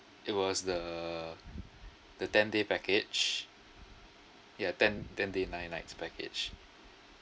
it was the the ten day package ya ten ten day nine nights package